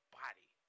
body